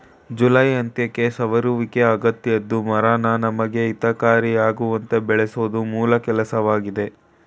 July ಅಂತ್ಯಕ್ಕೆ ಸವರುವಿಕೆ ಅಗತ್ಯದ್ದು ಮರನ ನಮಗೆ ಹಿತಕಾರಿಯಾಗುವಂತೆ ಬೆಳೆಸೋದು ಮೂಲ ಕೆಲ್ಸವಾಗಯ್ತೆ